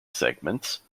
segments